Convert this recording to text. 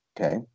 okay